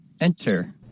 Enter